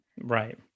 Right